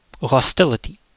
Hostility